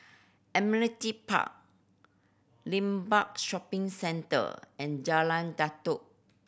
Admiralty Park Limbang Shopping Centre and Jalan Datoh